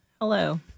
Hello